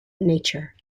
nature